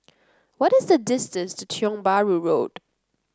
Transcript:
what is the distance to Tiong Bahru Road